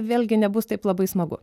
vėlgi nebus taip labai smagu